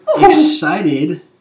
excited